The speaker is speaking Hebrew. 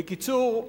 בקיצור,